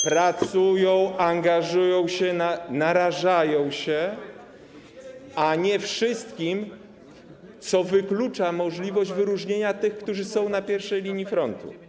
pracują, angażują się, narażają się, a nie wszystkim, bo to wyklucza możliwość wyróżnienia tych, którzy są na pierwszej linii frontu.